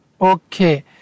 Okay